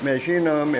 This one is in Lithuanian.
mes žinom